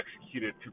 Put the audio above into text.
executed